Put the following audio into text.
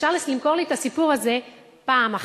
אפשר למכור לי את הסיפור הזה פעם אחת,